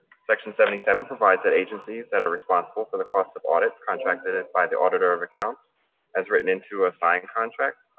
section seventy seven provides that agencies that are responsible for the cost of audits contracted by the auditor of accounts has written into a signed contract,